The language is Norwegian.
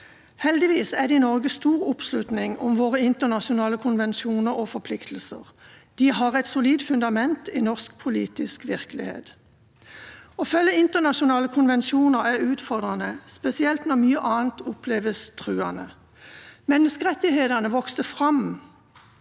Heldigvis er det i Norge stor oppslutning om våre internasjonale konvensjoner og forpliktelser. De har et solid fundament i norsk politisk virkelighet. Å følge internasjonale konvensjoner er utfordrende, spesielt når mye annet oppleves truende. Menneskerettighetene vokste fram